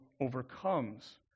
overcomes